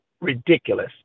ridiculous